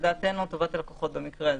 לדעתנו טובת הלקוחות במקרה הזה,